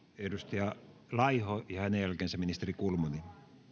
edustaja laiho ja hänen jälkeensä ministeri kulmuni